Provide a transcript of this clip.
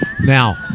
Now